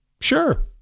sure